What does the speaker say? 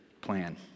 plan